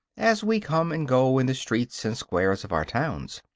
as we come and go in the streets and squares of our towns.